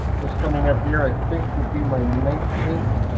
this coming up year i think will be my nineteenth,